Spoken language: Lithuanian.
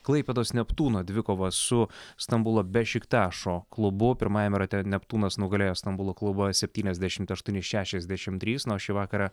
klaipėdos neptūno dvikovą su stambulo bešiktašo klubu pirmajame rate neptūnas nugalėjo stambulo klubą septyniasdešimt aštuoni šešiasdešimt trys na o šį vakarą